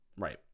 Right